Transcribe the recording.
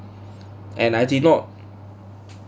and I did not